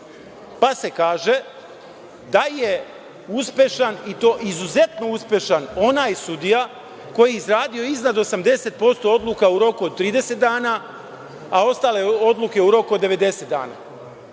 Pa se kaže da je uspešan, i to izuzetno uspešan onaj sudija koji je izradio iznad 80% odluka u roku od 30 dana, a ostale odluke u roku od 90